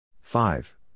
Five